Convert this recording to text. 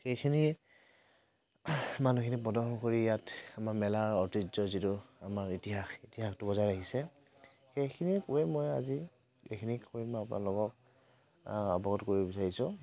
সেইখিনি মানুহখিনি প্ৰদৰ্শন কৰি ইয়াত আমাৰ মেলাৰ ঐতিহ্যৰ যিটো আমাৰ ইতিহাস ইতিহাসটো বজাই ৰাখিছে সেইখিনিয়ে কৈ মই আজি এইখিনি কৈ মই আপোনালোকক অৱগত কৰিব বিচাৰিছোঁ